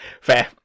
Fair